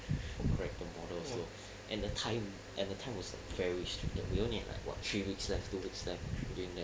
character model also and the time and the time was very restricted we only have like what three weeks left two weeks left